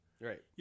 Right